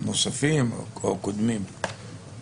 נוספים או קודמים,